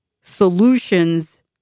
solutions